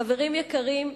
חברים יקרים,